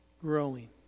growing